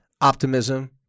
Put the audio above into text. optimism